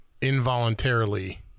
involuntarily